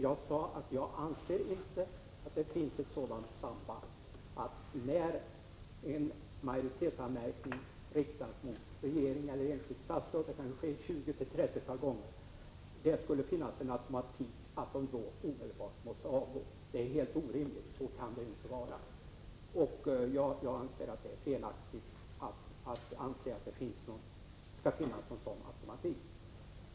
Jag sade att jag inte anser att det finns ett sådant samband att det, när en majoritetsanmärkning riktas mot regeringen eller ett enskilt statsråd — det kan ju ske ett tjugotal eller trettiotal gånger —, skulle finnas en automatik att vederbörande omedelbart måste avgå. Det är helt orimligt — så kan det inte vara. Det är felaktigt att anse att det skall finnas någon sådan automatik.